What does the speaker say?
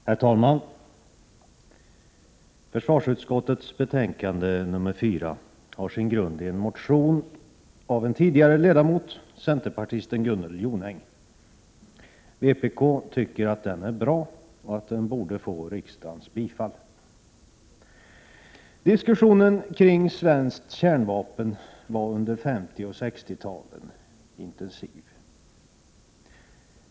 Herr talman! Försvarsutskottets betänkande nr 4 har sin grund i en en motion av en tidigare ledamot, centerpartisten Gunnel Jonäng. Vpk tycker att den är bra och att den borde få riksdagens bifall. Diskussionen kring svenskt kärnvapen var under 50 och 60-talen intensiv.